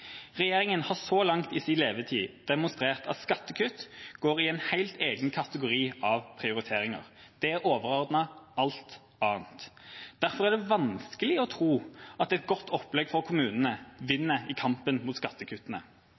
Regjeringa har så langt i sin levetid demonstrert at skattekutt går i en helt egen kategori av prioriteringer. Det er overordnet alt annet. Derfor er det vanskelig å tro at et godt opplegg for kommunene vinner i kampen mot skattekuttene.